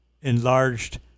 enlarged